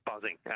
buzzing